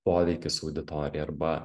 poveikis auditorijai arba